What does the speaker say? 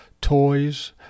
toys